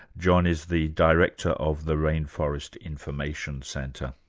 john is the director of the rainforest information centre.